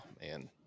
man